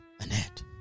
Annette